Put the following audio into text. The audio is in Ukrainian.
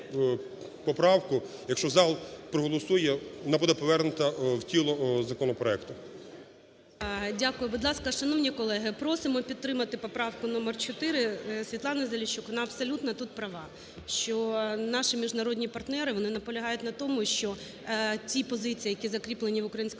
Дякую. Будь ласка, шановні колеги, просимо підтримати поправку номер чотири, Світлани Заліщук, вона абсолютно тут права, що наші міжнародні партнери вони наполягають на тому, що ті позиції, які закріплені в українському